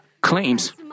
claims